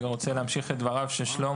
אני רגע רוצה להמשיך את דבריו של שלמה,